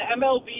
MLB